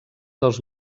dels